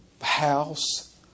house